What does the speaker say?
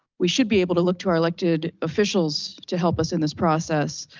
we should be able to look to our elected officials to help us in this process.